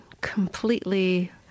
completely